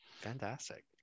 Fantastic